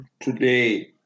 today